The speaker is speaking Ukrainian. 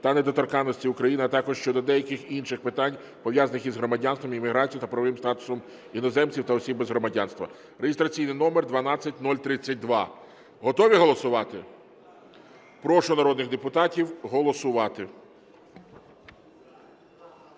та недоторканності України, а також щодо деяких інших питань, пов’язаних із громадянством, імміграцією та правовим статусом іноземців та осіб без громадянства (реєстраційний номер 12032). Готові голосувати? Прошу народних депутатів голосувати.